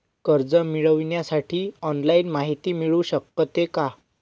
कर्ज मिळविण्यासाठी ऑनलाईन माहिती मिळू शकते का?